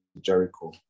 Jericho